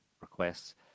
requests